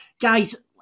guys